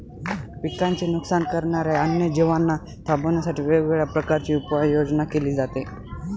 पिकांचे नुकसान करणाऱ्या अन्य जीवांना थांबवण्यासाठी वेगवेगळ्या प्रकारची उपाययोजना केली जाते